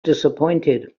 disappointed